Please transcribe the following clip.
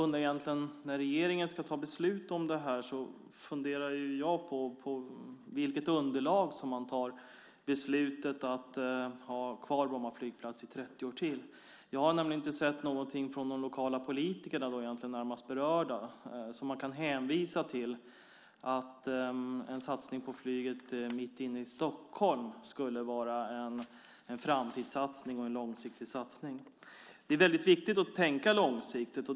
När regeringen ska fatta beslut om det här funderar jag på vilket underlag man har när man fattar beslutet att ha kvar Bromma flygplats i 30 år till. Jag har nämligen inte sett någonting från de lokala politikerna och de närmast berörda som man kan hänvisa till när det gäller att en satsning på flyget mitt inne i Stockholm skulle vara en framtidssatsning och en långsiktig satsning. Det är viktigt att tänka långsiktigt.